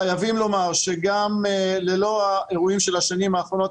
חייבים לומר שגם ללא האירועים של השנים האחרונות,